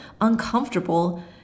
uncomfortable